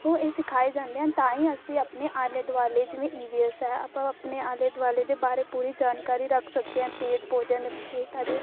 ਉਹ ਇਹ ਸਿਖਾਏ ਜਾਂਦੇ ਹਨ ਤਾਂ ਹੀ ਅਸੀਂ ਆਪਣੇ ਆਲੇ ਦੁਆਲੇ ਜਿਵੇਂ ਈ ਵੀ ਐੱਸ ਹੈ ਆਪਾਂ ਆਪਣੇ ਆਲੇ ਦੁਆਲੇ ਦੇ ਬਾਰੇ ਪੂਰੀ ਜਾਣਕਾਰੀ ਰੱਖ ਸਕਦੇ ਹਾਂ ਪੇੜ ਪੌਦਿਆਂ ਦੇ ਬਾਰੇ ਸਾਡੇ